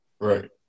Right